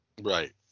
Right